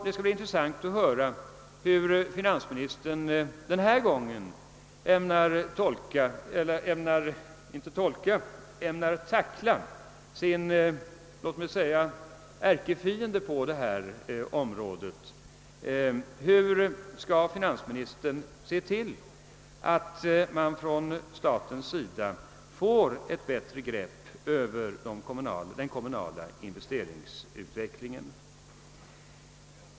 Det skall bli intressant att höra hur finansministern den här gången ämnar tackla sin låt mig säga ärkefiende på detta område. Hur skall finansministern se till att man från statens sida får ett bättre grepp över den kommunala investeringsutvecklingen?